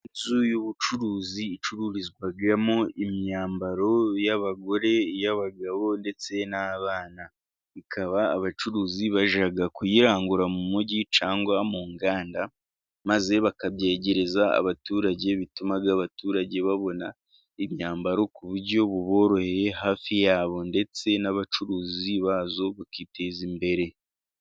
Inzu y'ubucuruzi icururizwamo imyambaro y'abagore iy'abagabo ndetse n'abana. Ikaba abacuruzi bajya kuyirangura mu mujyi cyangwa mu nganda maze bakabyegereza abaturage. Bituma abaturage babona imyambaro ku buryo buboroheye hafi yabo, ndetse n'abacuruzi bayo bakiteza imbere.